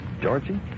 Georgie